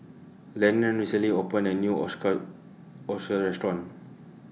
Lenon recently opened A New Ochazuke Restaurant